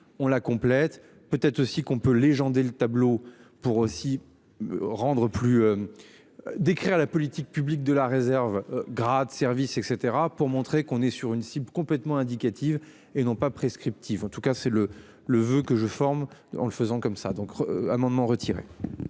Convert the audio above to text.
on la complète peut être aussi qu'on peut le tableau pour aussi. Rendre plus. D'écrire la politique publique de la réserve grade service etc pour montrer qu'on est sur une cible complètement indicative et non pas prescriptives en tout cas c'est le le voeu que je forme en le faisant comme ça donc amendement retiré.